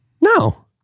No